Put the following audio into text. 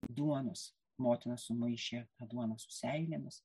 duonos motina sumaišė tą duoną su seilėmis